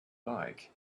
like